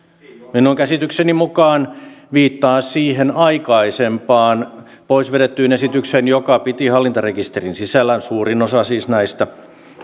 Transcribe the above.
minun käsitykseni mukaan viittaa siihen aikaisempaan pois vedettyyn esitykseen joka piti hallintarekisterin sisällään suurin osa siis näistä